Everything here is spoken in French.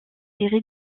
série